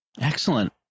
Excellent